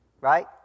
Right